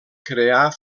crear